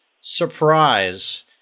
surprise